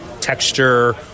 texture